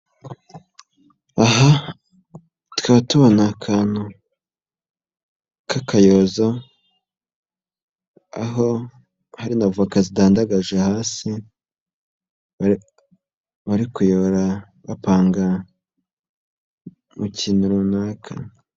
Aha tukaba tubona akantu k'akayozo aho hari na voka zidandagaje, hasi bari kuyora bapanga mu kintu runaka.